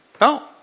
No